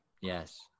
Yes